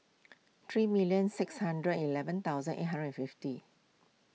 three million six hundred eleven thousand eight hundred fifty